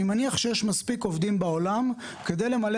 אני מניח שיש מספיק עובדים בעולם כדי למלא